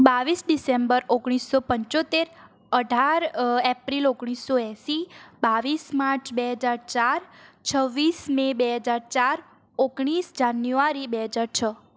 બાવીસ ડીસેમ્બર ઓગણીસો પંચોતેર અઢાર અ એપ્રિલ ઓગણીસો એંસી બાવીસ માર્ચ બે હજાર ચાર છવ્વીસ મે બે હજાર ચાર ઓગણીસ જાન્યુઆરી બે હજાર છ